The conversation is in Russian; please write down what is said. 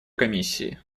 комиссии